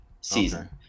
season